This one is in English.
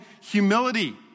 humility